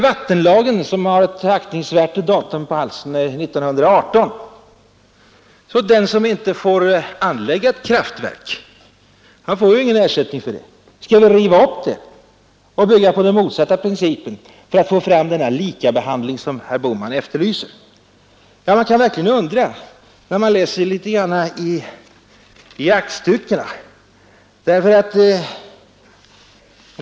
Vattenlagen har ett aktningsvärt datum. Den tillkom 1918. Den som inte får anlägga ett kraftverk får inte ersättning härför. Skall man riva upp denna lag och bygga på den motsatta principen för att få fram den likabehandling som herr Bohman efterlyser? Man måste verkligen undra, när man läser i aktstyckena.